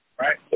Right